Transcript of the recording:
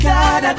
God